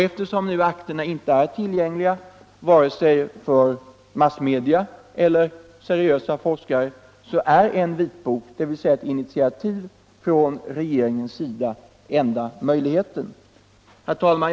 Eftersom akterna nu inte är tillgängliga för vare sig massmedia eller seriösa forskare, är en vitbok, dvs. ett initiativ från regeringens sida, den enda möjligheten till detta. Herr talman!